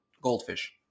Goldfish